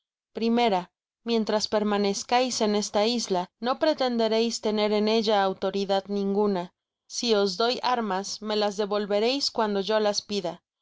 primera mientras permanezcais en esta isla no pretendereis tener en ella autoridad ninguna si os doy armas me las devolvereis cuando yo las pida